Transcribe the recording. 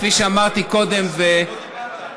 כפי שאמרתי קודם, לא דיברת.